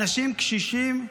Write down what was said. אנשים קשישים,